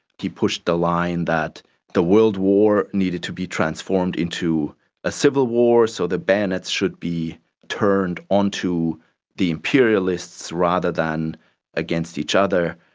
he pushed the line that the world war needed to be transformed into a civil war, so the bayonets should be turned on to the imperialists rather than against each other.